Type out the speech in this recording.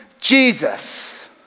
Jesus